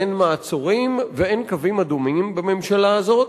אין מעצורים ואין קווים אדומים בממשלה הזאת.